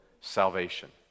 salvation